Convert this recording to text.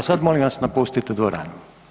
A sad molim vas napustite dvoranu.